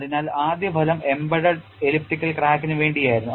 അതിനാൽ ആദ്യ ഫലം embedded എലിപ്റ്റിക്കൽ ക്രാക്കിനു വേണ്ടി ആയിരുന്നു